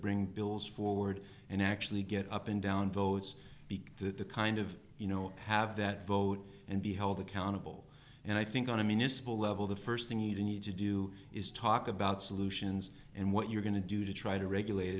bring bills forward and actually get up and down votes because the kind of you know have that vote and be held accountable and i think on a municipal level the first thing you need to do is talk about solutions and what you're going to do to try to regulate